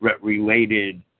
related